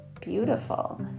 beautiful